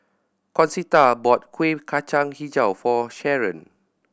Concetta bought Kueh Kacang Hijau for Sharen